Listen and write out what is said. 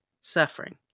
suffering